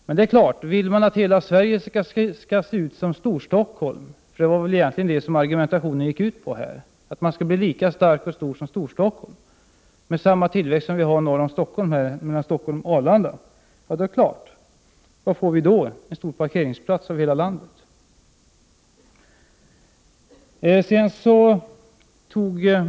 Men om man vill att hela Sverige skall se ut som Storstockholm — och det var väl egentligen det som argumentationen gick ut på — och att landets alla 111 delar skall bli lika stora och starka som Storstockholm med samma tillväxt som regionen norr om Stockholm, Stockholm — Arlanda, vad får vi då? Får vi en stor parkeringsplats över hela landet?